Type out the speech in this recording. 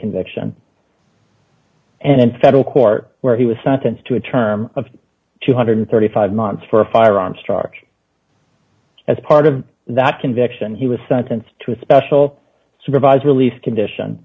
conviction and in federal court where he was sentenced to a term of two hundred and thirty five months for a firearm structure as part of that conviction he was sentenced to a special supervised release condition